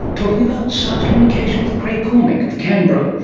talking about science communication with craig cormick of canberra,